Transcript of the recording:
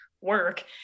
work